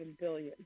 billion